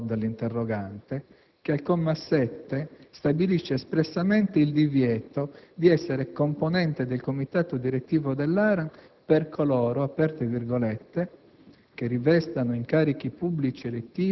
del 2001, citato dall'interrogante, che al comma 7 stabilisce espressamente il divieto di essere componente del comitato direttivo dell'ARAN per coloro «che rivestano